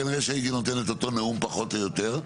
כנראה שהייתי נותן את אותו נאום פחות או יותר.